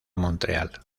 montreal